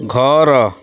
ଘର